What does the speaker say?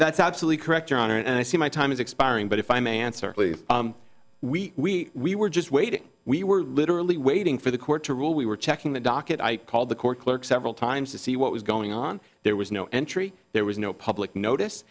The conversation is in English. that's absolutely correct your honor and i see my time is expiring but if i may answer please we we were just waiting we were literally waiting for the court to rule we were checking the docket i called the court clerk several times to see what was going on there was no entry there was no public notice